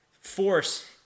force